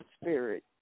Spirit